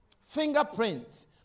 Fingerprint